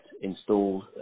installed